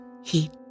heat